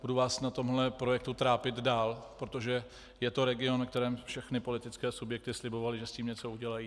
Budu vás na tomto projektu trápit dál, protože je to region, kterému všechny politické subjekty slibovaly, že s tím něco udělají.